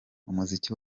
umuziki